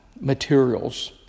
materials